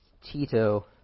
Tito